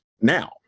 now